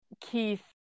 Keith